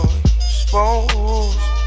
exposed